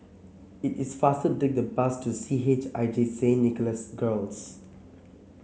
it is faster to take the bus to C H I J Saint Nicholas Girls